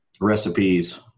recipes